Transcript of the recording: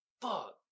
Fuck